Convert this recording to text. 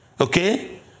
Okay